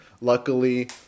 luckily